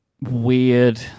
weird